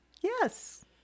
Yes